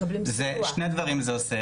שני דברים זה עושה,